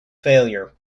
failure